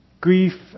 grief